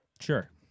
Sure